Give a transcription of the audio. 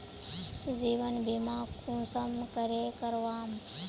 जीवन बीमा कुंसम करे करवाम?